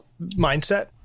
mindset